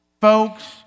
Folks